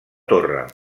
torre